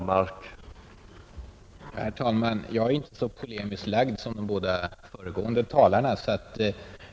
Herr talman! Jag är ju inte lika polemiskt lagd som de båda föregående talarna!